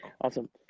Awesome